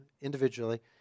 individually